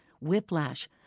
whiplash